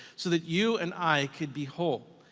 so that you and i could be whole.